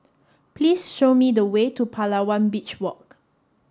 please show me the way to Palawan Beach Walk